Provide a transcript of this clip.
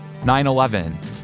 9-11